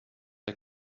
der